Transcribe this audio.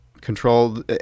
control